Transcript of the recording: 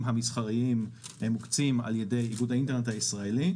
המסחריים מוקצים על ידי איגוד האינטרנט הישראלי,